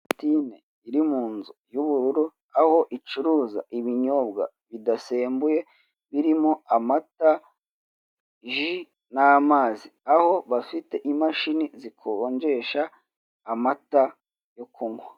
Imashini IrI mu nzu y'ubururu aho icuruza ibinyobwa bidasembuye, birimo amata ji , n'amazi aho bafite imashiin zikonjesha amata yo kunywa.